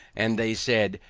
and they said,